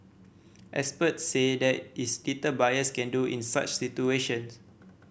experts said there is little buyers can do in such situations